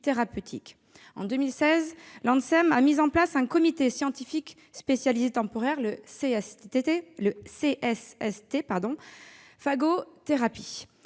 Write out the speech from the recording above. thérapeutique. En 2016, l'ANSM a mis en place un comité scientifique spécialisé temporaire « phagothérapie